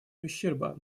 ущерба